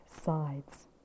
sides